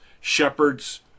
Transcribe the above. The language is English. shepherds